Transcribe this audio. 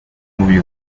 mówi